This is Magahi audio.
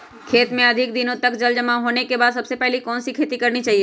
खेत में अधिक दिनों तक जल जमाओ होने के बाद सबसे पहली कौन सी खेती करनी चाहिए?